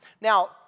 Now